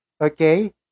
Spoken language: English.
okay